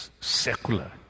secular